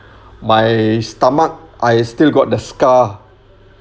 my stomach I still got the scar